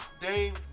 Dame